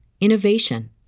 innovation